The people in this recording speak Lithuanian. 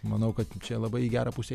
manau kad čia labai į gerą pusę